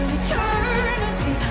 eternity